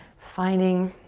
finding